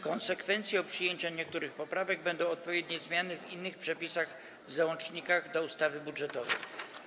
Konsekwencją przyjęcia niektórych poprawek będą odpowiednie zmiany w innych przepisach i załącznikach do ustawy budżetowej.